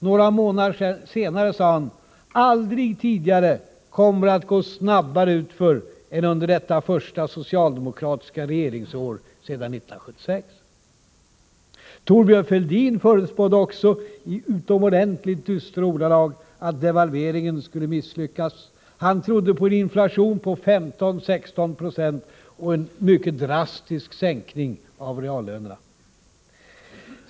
Några månader senare sade han: ”Aldrig tidigare kommer det att gå snabbare utför än under detta första socialdemokratiska regeringsår sedan 1976.” Thorbjörn Fälldin förutspådde också, i utomordentligt dystra ordalag, att devalveringen skulle misslyckas. Han trodde på en inflation på 15-16 96 och en mycket drastisk sänkning av reallönerna.